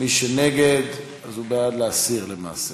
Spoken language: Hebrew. מי שנגד, הוא בעד להסיר, למעשה.